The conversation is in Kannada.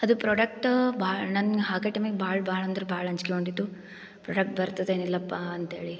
ಅದು ಪ್ರಾಡಕ್ಟ್ ಭಾಳ್ ನಂಗೆ ಹಾಕೋ ಟೈಮಿಗೆ ಭಾಳ್ ಭಾಳ್ ಅಂದರೆ ಭಾಳ ಅಂಜಿಕೆಹೊಂಟಿತ್ತು ಪ್ರಾಡಕ್ಟ್ ಬರ್ತದ ಏನಿಲ್ಲಪ್ಪ ಅಂತೇಳಿ